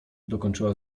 dokończyła